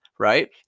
Right